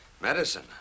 Medicine